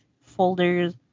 folders